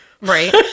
Right